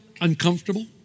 uncomfortable